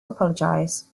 apologise